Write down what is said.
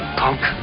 punk